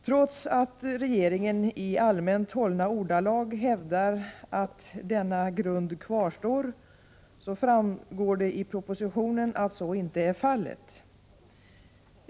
Trots att regeringen i allmänt hållna ordalag hävdar att denna grund kvarstår, framgår det i propsitionen att så inte är fallet.